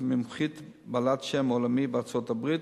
עם מומחית בעלת שם עולמי בארצות-הברית,